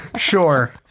Sure